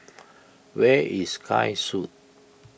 where is Sky Suites